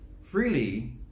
freely